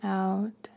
out